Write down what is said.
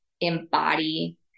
embody